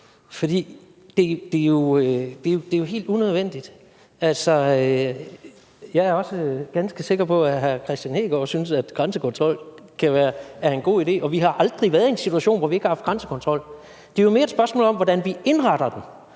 for det er jo helt unødvendigt. Jeg er også ganske sikker på, at hr. Kristian Hegaard synes, at grænsekontrol er en god idé, og vi har aldrig været i en situation, hvor vi ikke har haft grænsekontrol. Det er jo mere et spørgsmål om, hvordan vi indretter den.